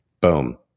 boom